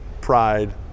pride